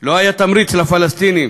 לא היה תמריץ לפלסטינים